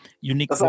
unique